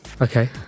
okay